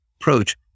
approach